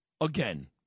again